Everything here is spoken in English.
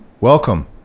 Welcome